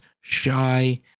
Shy